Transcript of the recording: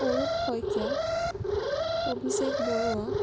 Arup Saikia Abhishek Barua